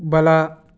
ಬಲ